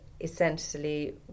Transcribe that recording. essentially